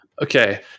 Okay